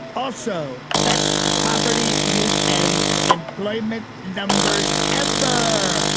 also best poverty, youth and employment numbers ever.